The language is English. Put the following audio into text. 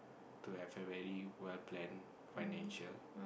to have a very well planned financial